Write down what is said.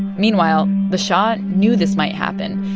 meanwhile, the shah knew this might happen.